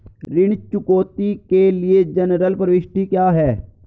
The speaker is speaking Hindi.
ऋण चुकौती के लिए जनरल प्रविष्टि क्या है?